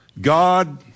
God